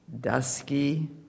dusky